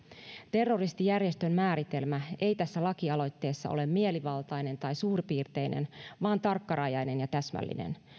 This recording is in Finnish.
terroristijärjestön määritelmä ei tässä lakialoitteessa ole mielivaltainen tai suurpiirteinen vaan tarkkarajainen ja täsmällinen